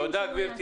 תודה.